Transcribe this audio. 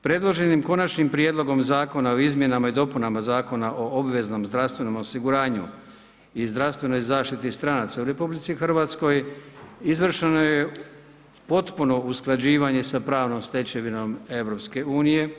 Predloženim konačnim prijedlogom zakona o izmjenama i dopunama Zakona o obveznom zdravstvenom osiguranju i zdravstvenoj zaštiti stranaca u Republici Hrvatskoj izvršeno je potpuno usklađivanje sa pravnom stečevinom EU.